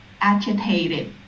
agitated